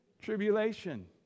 Tribulation